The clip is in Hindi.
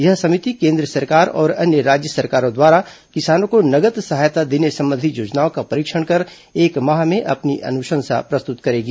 यह समिति केन्द्र सरकार और अन्य राज्य सरकारों द्वारा किसानों को नगद सहायता देने संबंधी योजनाओं का परीक्षण कर एक माह में अपनी अनुशंसा प्रस्तुत करेगी